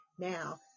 Now